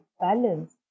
balance